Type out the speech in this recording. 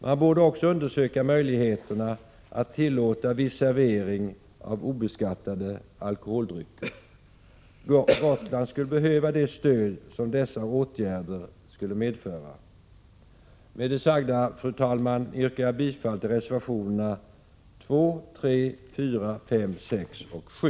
Man borde också undersöka möjligheterna att tillåta viss servering av obeskattade alkoholdrycker. Gotland behöver det stöd som dessa åtgärder skulle medföra. Med det sagda, fru talman, yrkar jag bifall till reservationerna 2, 3, 4, 5, 6 och 7.